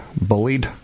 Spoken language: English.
bullied